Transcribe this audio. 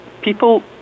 people